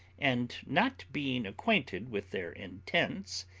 and, not being acquainted with their intents,